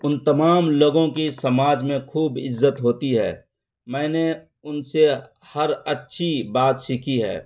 ان تمام لوگوں کی سماج میں خوب عزت ہوتی ہے میں نے ان سے ہر اچھی بات سیکھی ہے